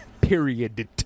Period